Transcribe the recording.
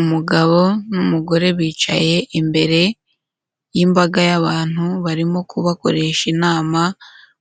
Umugabo n'umugore bicaye imbere y'imbaga y'abantu, barimo kubakoresha inama,